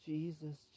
Jesus